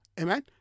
amen